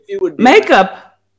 makeup